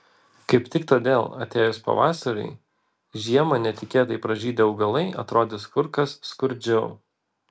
kaip tik todėl atėjus pavasariui žiemą netikėtai pražydę augalai atrodys kur kas skurdžiau